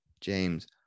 James